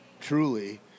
truly